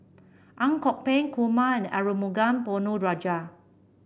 Ang Kok Peng Kumar and Arumugam Ponnu Rajah